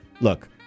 Look